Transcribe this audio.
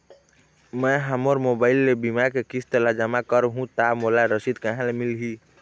मैं हा मोर मोबाइल ले बीमा के किस्त ला जमा कर हु ता मोला रसीद कहां ले मिल ही?